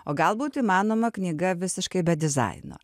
o galbūt įmanoma knyga visiškai be dizaino